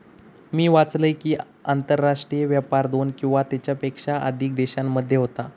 मी वाचलंय कि, आंतरराष्ट्रीय व्यापार दोन किंवा त्येच्यापेक्षा अधिक देशांमध्ये होता